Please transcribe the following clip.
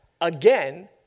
again